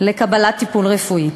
לקבלת טיפול רפואי.